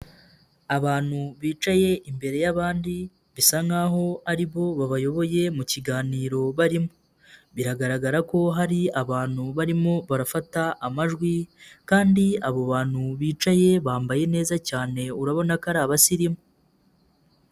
Abantu bicaye imbere y'abandi, bisa nk'aho aribo babayoboye mu kiganiro barimo, biragaragara ko hari abantu barimo barafata amajwi kandi abo bantu bicaye, bambaye neza cyane, urabona ko ari abasirimu.